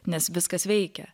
nes viskas veikia